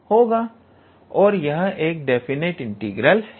और यह एक डेफिनेट इंटीग्रल है